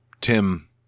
Tim